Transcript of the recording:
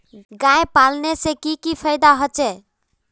गाय पालने से की की फायदा होचे?